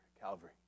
Calvary